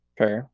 Okay